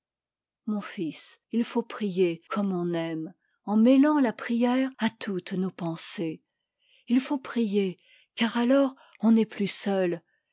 mon fils il faut prier comme on aime en me ant la prière à toutes nos pensées il faut prier car alors on n'est plus seul